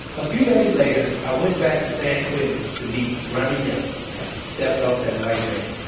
a few days later, i went back to san quentin to meet ronnie young as he stepped off that white van.